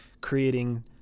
creating